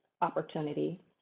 opportunity